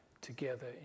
together